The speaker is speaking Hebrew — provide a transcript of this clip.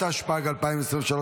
התשפ"ג 2023,